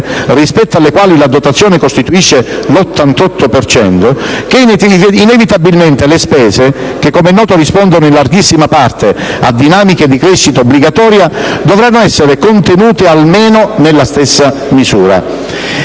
(rispetto alle quali la dotazione costituisce l'88 per cento), che, inevitabilmente, le spese, le quali, com'è noto, rispondono in larghissima parte a dinamiche di crescita obbligatoria, dovranno essere contenute almeno nella stessa misura.